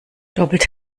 doppelt